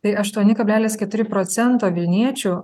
tai aštuoni kablelis keturi procento vilniečių